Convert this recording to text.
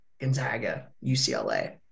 Gonzaga-UCLA